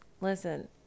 Listen